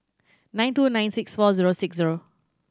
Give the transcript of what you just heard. nine two nine six four zero six zero